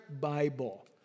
Bible